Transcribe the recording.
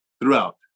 throughout